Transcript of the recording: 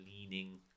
leaning